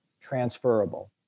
transferable